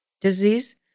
disease